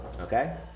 okay